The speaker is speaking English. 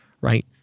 right